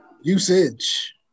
Usage